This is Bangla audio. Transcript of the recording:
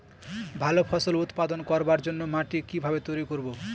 ভালো ফসল উৎপাদন করবার জন্য মাটি কি ভাবে তৈরী করব?